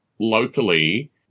locally